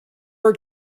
her